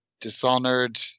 Dishonored